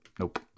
Nope